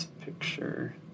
picture